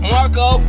Marco